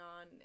on